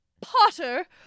Potter